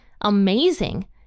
amazing